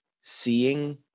seeing